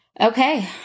Okay